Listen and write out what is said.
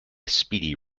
speedy